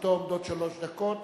לרשותו עומדות שלוש דקות,